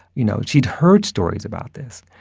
you know, she'd heard stories about this.